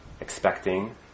expecting